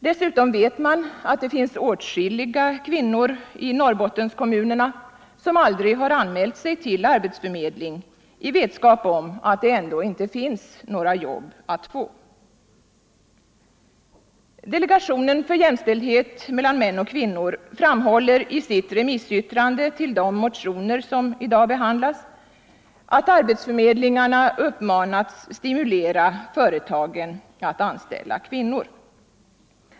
Dessutom vet man att åtskilliga kvinnor i Norrbottenskommunerna aldrig har anmält sig till arbetsförmedlingen i vetskap om att det ändå inte finns något jobb att få. Delegationen för jämställdhet mellan män och kvinnor framhåller i sitt remissyttrande över de motioner som nu behandlas, att arbetsförmedlingarna uppmanats att stimulera företagen att anställa kvinnor.